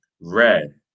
red